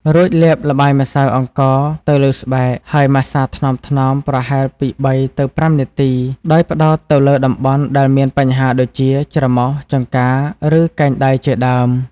រួចលាបល្បាយម្សៅអង្ករទៅលើស្បែក ហើយម៉ាស្សាថ្នមៗប្រហែលពី ៣ ទៅ ៥ នាទី ដោយផ្តោតទៅលើតំបន់ដែលមានបញ្ហាដូចជា ច្រមុះ ចង្កា ឬកែងដៃជាដើម។